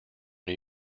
new